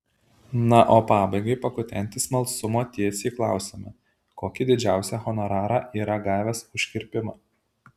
na o pabaigai pakutenti smalsumo tiesiai klausiame kokį didžiausią honorarą yra gavęs už kirpimą